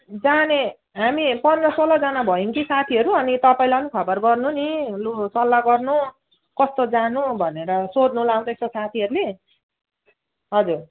जाने हामी पन्ध्र सोह्रजना भयौँ कि साथीहरू अनि तपाईँलाई पनि खबर गर्नु नि लु सल्लाह गर्नु कस्तो जानु भनेर सोध्नु लगाउँदैछ साथीहरूले हजुर